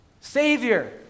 Savior